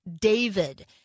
David